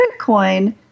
Bitcoin